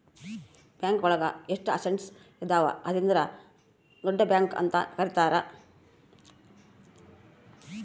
bank ಒಳಗ ಎಷ್ಟು assets ಇದಾವ ಅದ್ರಿಂದ ದೊಡ್ಡ ಬ್ಯಾಂಕ್ ಅಂತ ಕರೀತಾರೆ